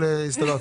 אבל הסתדרתם.